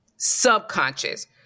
subconscious